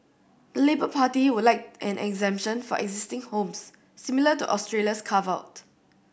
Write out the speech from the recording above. the Labour Party would like an exemption for existing homes similar to Australia's carve out